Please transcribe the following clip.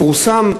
יפורסם,